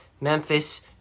Memphis